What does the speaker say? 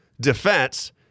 defense